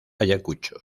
ayacucho